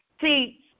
See